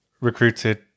recruited